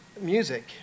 music